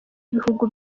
ibibuga